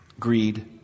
greed